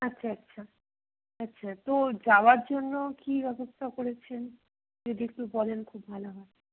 আচ্ছা আচ্ছা আচ্ছা তো যাওয়ার জন্য কী ব্যবস্থা করেছেন যদি একটু বলেন খুব ভালো হয়